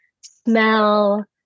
smell